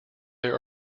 there